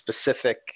specific